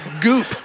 Goop